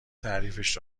تعریفش